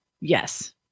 Yes